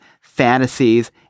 fantasies